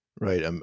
right